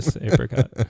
apricot